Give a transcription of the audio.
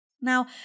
Now